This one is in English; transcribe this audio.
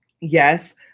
Yes